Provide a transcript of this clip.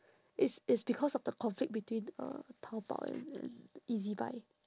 it's it's because of the conflict between uh taobao and and ezbuy